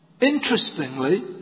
Interestingly